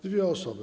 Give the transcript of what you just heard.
Dwie osoby.